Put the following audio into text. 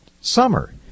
summer